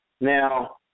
Now